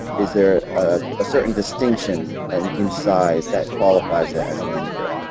is there a certain distinction and in size that qualifies that as a mini grid?